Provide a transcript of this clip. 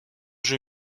jeu